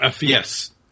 Yes